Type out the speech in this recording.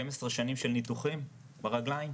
12 שנים של ניתוחים ברגליים.